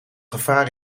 gevaar